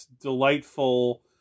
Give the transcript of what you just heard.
delightful